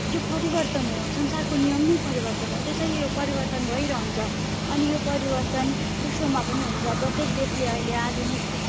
यो परिवर्तन हो संसारको नियम नै परिवर्तन हो त्यसैले यो परिवर्तन भइरहन्छ अनि यो परिवर्तन विश्वमा पनि हुन्छ प्रत्येक देशले अहिले आधुनिक